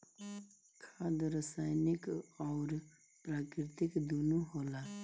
खाद रासायनिक अउर प्राकृतिक दूनो होला